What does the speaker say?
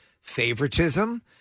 favoritism